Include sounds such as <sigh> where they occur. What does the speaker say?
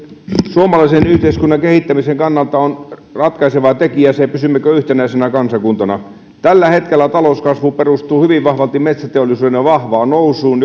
suomalaisen yhteiskunnan kehittämisen kannalta on ratkaiseva tekijä se pysymmekö yhtenäisenä kansakuntana tällä hetkellä talouskasvu perustuu hyvin vahvalti metsäteollisuuden vahvaan nousuun <unintelligible>